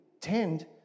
tend